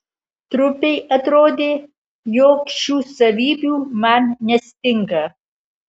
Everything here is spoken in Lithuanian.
trupei atrodė jog šių savybių man nestinga